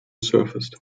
surfaced